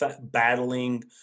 battling